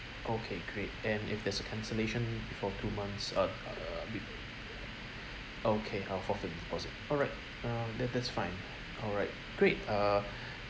okay great and if there's a cancellation before two months uh err b~ okay I'll forfeit the deposit alright uh that that's fine alright great uh